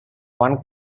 one